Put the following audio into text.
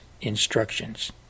instructions